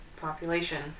population